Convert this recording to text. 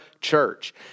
church